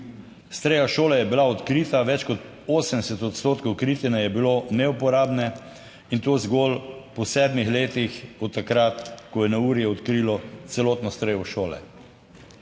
Streha šole je bila odkrita, več kot 80 odstotkov kritine je bilo neuporabne, in to zgolj po sedmih letih od takrat, ko je neurje odkrilo celotno streho šole.